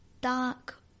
dark